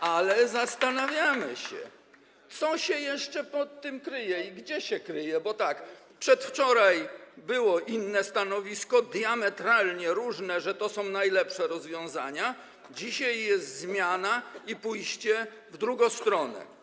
Ale zastanawiamy się, co się jeszcze pod tym kryje i gdzie się kryje, bo przedwczoraj było inne stanowisko, diametralnie różne, mówiące że to są najlepsze rozwiązania, a dzisiaj jest zmiana i pójście w drugą stronę.